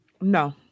No